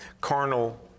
carnal